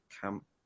camp